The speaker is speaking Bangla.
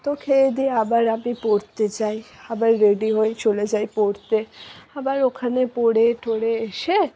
তো খেয়ে দেয়ে আবার আমি পড়তে যাই আবার রেডি হই চলে যাই পড়তে আবার ওখানে পড়ে ঠড়ে এসে